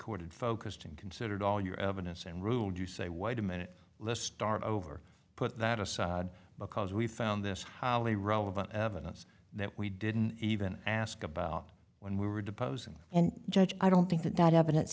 court had focused in considered all your evidence and ruled you say wait a minute let's start over put that aside because we found this highly relevant evidence that we didn't even ask about when we were deposing and judge i don't think that that evidence